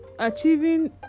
achieving